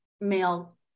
male